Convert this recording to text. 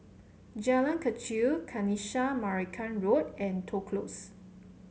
Jalan Kechil Kanisha Marican Road and Toh Close